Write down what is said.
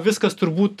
viskas turbūt